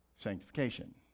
sanctification